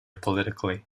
politically